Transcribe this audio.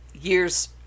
years